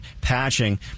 patching